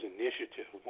initiative